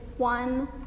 one